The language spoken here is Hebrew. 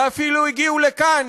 ואפילו הגיעו לכאן,